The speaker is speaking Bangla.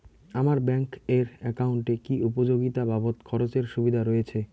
আমার ব্যাংক এর একাউন্টে কি উপযোগিতা বাবদ খরচের সুবিধা রয়েছে?